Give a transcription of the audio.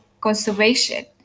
conservation